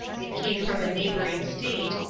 it came from a neighboring state,